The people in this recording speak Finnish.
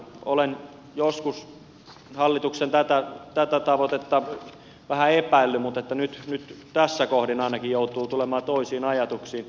olen joskus hallituksen tätä tavoitetta vähän epäillyt mutta nyt tässä kohdin ainakin joutuu tulemaan toisiin ajatuksiin